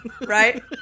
Right